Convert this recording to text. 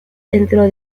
dentro